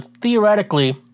theoretically